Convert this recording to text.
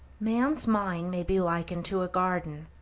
man's mind may be likened to a garden,